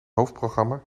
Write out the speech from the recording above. hoofdprogramma